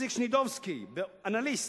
איציק שנידובסקי, "אנליסט",